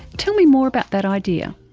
tell me more about that idea.